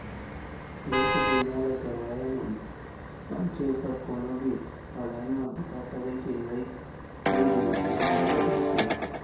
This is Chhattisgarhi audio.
हेल्थ बीमा ल करवाए म मनखे उपर कोनो भी अलहन म बूता करे के लइक नइ रिहिस तेखर ले बचाथे